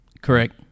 Correct